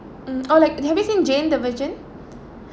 mm oh like have you seen jane the virgin